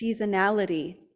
seasonality